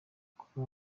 com